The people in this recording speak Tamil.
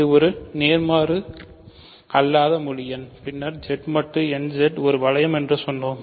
இது ஒரு நேர்மாறு அல்லாத முழு எண் பின்னர் Z மட்டு n Z ஒரு வளையம் என்று சொன்னோம்